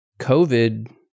COVID